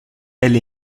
elle